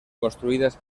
construidas